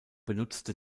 benutzte